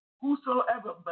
Whosoever